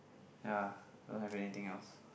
ya don't have anything else